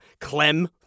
Clem